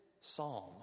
psalm